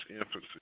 emphasis